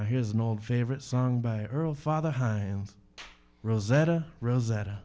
now here's an old favorite song by earl father hines rosetta rosetta